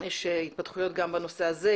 יש התפתחויות גם הנושא הזה,